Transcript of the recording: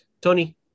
Tony